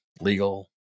legal